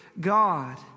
God